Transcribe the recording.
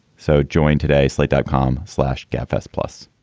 so join today's slate dot com flash gabfests plus.